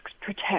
protect